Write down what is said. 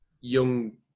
young